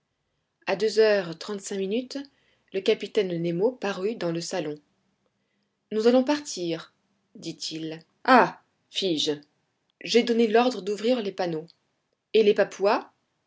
a deux heures trente-cinq minutes le capitaine nemo parut dans le salon nous allons partir dit-il ah fis-je j'ai donné l'ordre d'ouvrir les panneaux et les papouas